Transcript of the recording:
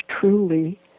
truly